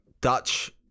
Dutch